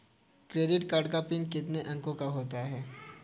Credit card का PIN कितने अंकों का होता है?